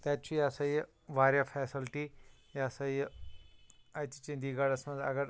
تَتہٕ چھِ یہِ ہَسا یہِ واریاہ فیسَلٹی یہِ ہَسا یہِ اَتہِ چنٛدی گڑھَس مَنٛز اگر